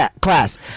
class